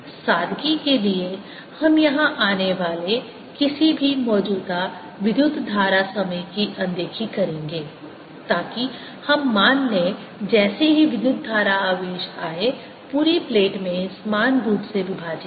सादगी के लिए हम यहां आने वाले किसी भी मौजूदा विद्युत धारा समय की अनदेखी करेंगे ताकि हम मान लें जैसे ही विद्युत धारा आवेश आए पूरी प्लेट में समान रूप से विभाजित हो